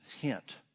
hint